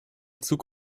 zug